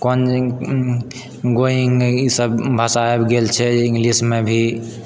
कोन गोइंग ई सब भाषा आबि गेल छै इंग्लिशमे भी